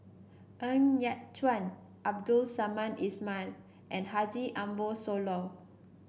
Ng Yat Chuan Abdul Samad Ismail and Haji Ambo Sooloh